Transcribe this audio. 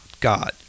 God